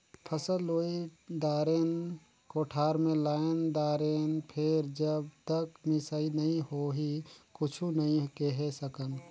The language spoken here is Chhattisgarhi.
फसल लुई दारेन, कोठार मे लायन दारेन फेर जब तक मिसई नइ होही कुछु नइ केहे सकन